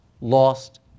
lost